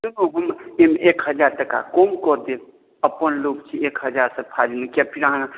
सुनू हम एक हजार टाका कम कऽ देब अपन लोक छी एक हजारसँ फाजिल कियाकि अहाँ